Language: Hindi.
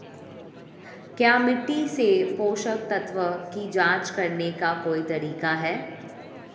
क्या मिट्टी से पोषक तत्व की जांच करने का कोई तरीका है?